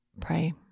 Pray